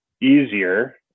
easier